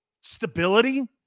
stability